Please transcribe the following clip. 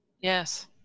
Yes